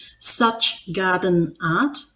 SuchGardenArt